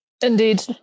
Indeed